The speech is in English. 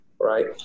Right